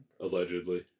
Allegedly